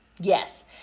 Yes